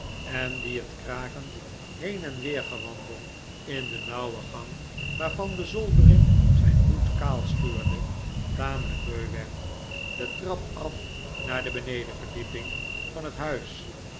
en die het krakend heen en weer gewandel in de nauwe gang waarvan de zoldering zijn hoed kaalschuurde tamelijk beu werd de trap af naar de benedenverdieping van het huis